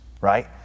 right